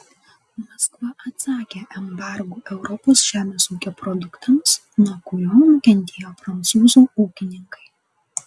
maskva atsakė embargu europos žemės ūkio produktams nuo kurio nukentėjo prancūzų ūkininkai